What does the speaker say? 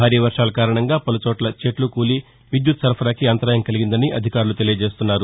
భారీ వర్వాల కారణంగా పలుచోట్ల చెట్లు కూలి విద్యుత్ సరఫరానికి అంతరాయం కలిగిందని అధికార వర్గాలు తెలిపాయి